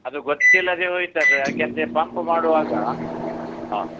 ಅದು ಗೊತ್ತಿಲ್ಲದೆ ಹೋಯ್ತು ಅದು ಯಾಕಂದರೆ ಪಂಪ್ ಮಾಡುವಾಗ ಹಾಂ